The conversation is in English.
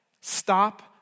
stop